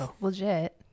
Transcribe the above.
legit